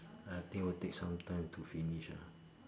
I think it'll take some time to finish lah